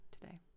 today